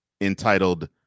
entitled